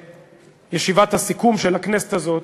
בישיבת הסיכום של הכנסת הזאת,